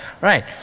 right